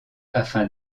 afin